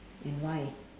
and why